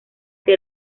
que